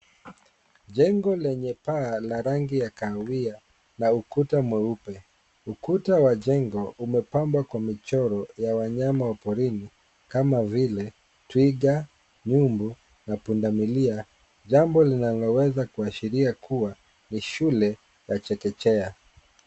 Jengo lenye paa la rangi ya kahawia, na ukuta mweupe. Ukuta wa jengo, umepambwa kwa michoro ya wanyama wa porini kama vile twiga, nyumbu, na punda milia, jambo linaloweza kuashiria kuwa ni shule ya chekechea.